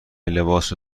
لباسو